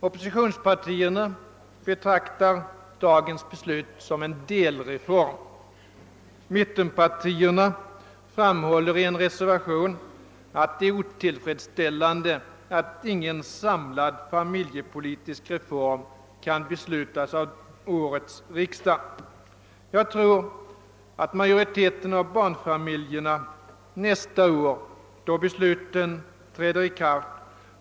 Oppositionspartierna betraktar dagens beslut som en delreform. Mittenpartierna framhåller i en reservation att det är otillfredsställande att ingen samlad familjepoltisk reform kan beslutas av årets riksdag. — Jag tror att majoriteten av barnfamiljerna nästa år, då besluten träder i kraft.